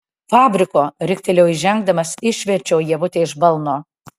fabriko riktelėjau įžengdamas išverčiau ievutę iš balno